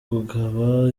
ibitero